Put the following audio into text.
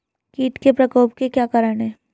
कीट के प्रकोप के क्या कारण हैं?